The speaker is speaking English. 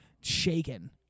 shaken